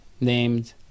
named